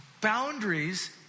boundaries